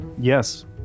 Yes